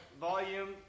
volume